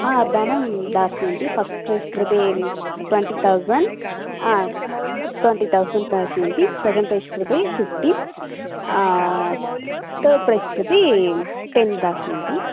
धनं दास्यन्ति first prize कृते ट्वेण्टि तौज़न्ड् ट्वेण्टि तौसण्ड् दास्यन्ति सेकेण्ड् प्रैस् कृते फ़िफ़्टीन् तर्ड् प्रैस् कृते टेन् दास्यन्ति